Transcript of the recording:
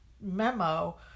memo